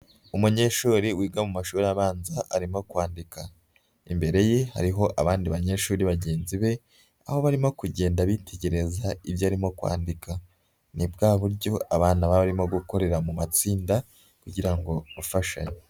Umunyeshuri wiga mu mashuri abanza arimo kwandika, imbere ye hariho abandi banyeshuri bagenzi be, aho barimo kugenda bitegereza ibyo arimo kwandika, ni bwa buryo abana baba barimo gukorera mu matsinda kugira ngo bafashanye.